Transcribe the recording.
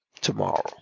tomorrow